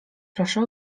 proszę